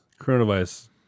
Coronavirus